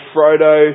Frodo